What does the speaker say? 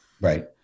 Right